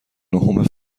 نهم